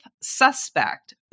suspect